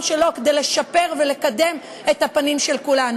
שלו כדי לשפר ולקדם את הפנים של כולנו.